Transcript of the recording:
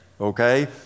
okay